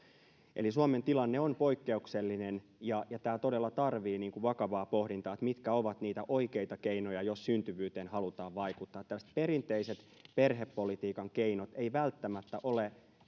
eli suomen tilanne on poikkeuksellinen ja ja tämä todella tarvitsee vakavaa pohdintaa siitä mitkä ovat niitä oikeita keinoja jos syntyvyyteen halutaan vaikuttaa tällaiset perinteiset perhepolitiikan keinot eivät välttämättä ole